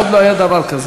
עוד לא היה דבר כזה.